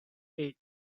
eight